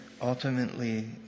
ultimately